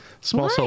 Small